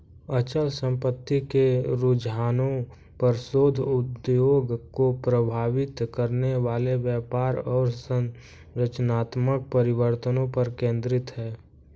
अचल संपत्ति के रुझानों पर शोध उद्योग को प्रभावित करने वाले व्यापार और संरचनात्मक परिवर्तनों पर केंद्रित है